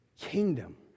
kingdom